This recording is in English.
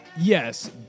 yes